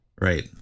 right